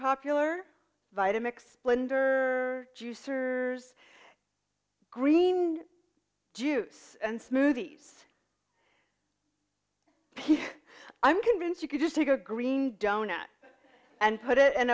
popular vita mix splendor juicers green juice and smoothies i'm convinced you could just take a green donut and put it in